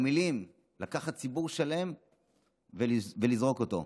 למילים: לקחת ציבור שלם ולזרוק אותו.